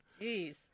Jeez